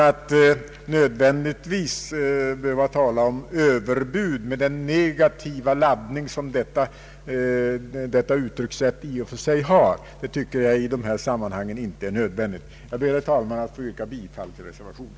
Att tala om överbud med den negativa laddning som detta uttryckssätt i och för sig har tycker jag inte är nödvändigt i dessa sammanhang. Jag ber, herr talman, att få yrka bifall till reservationen.